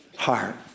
heart